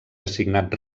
designat